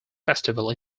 festival